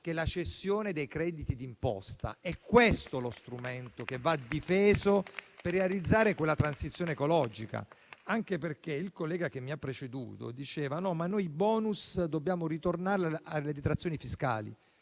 che è la cessione dei crediti d'imposta. È questo lo strumento che va difeso per realizzare la transizione ecologica. Il collega che mi ha preceduto diceva: no ai *bonus*, dobbiamo ritornare alle detrazioni fiscali.